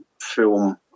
Film